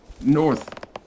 North